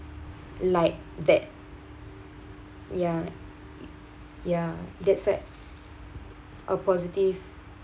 like that ya ya that's what a positive